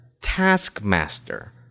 Taskmaster